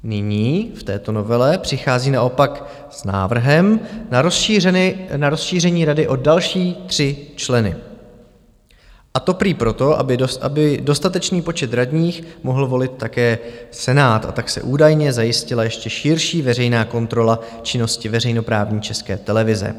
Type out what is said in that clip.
Nyní v této novele přichází naopak s návrhem na rozšíření rady o další tři členy, a to prý proto, aby dostatečný počet radních mohl volit také Senát, a tak se údajně zajistila ještě širší veřejná kontrola činnosti veřejnoprávní České televize.